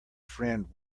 friend